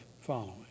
following